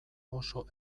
oso